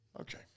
Okay